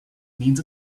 means